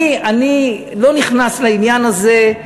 אני לא נכנס לעניין הזה.